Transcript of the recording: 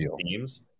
teams